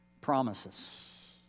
promises